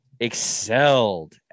excelled